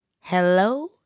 Hello